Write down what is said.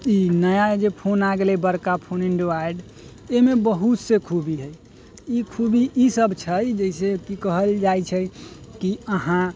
ई नया जे फोन आ गेलै बड़का फोन ऐन्ड्राॅइड एहिमे बहुत से खूबी हइ ई खूबी ईसब छै जइसेकि कहल जाइ छै कि अहाँ